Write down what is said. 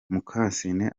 mukasine